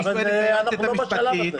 אנחנו לא בשלב הזה.